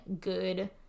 good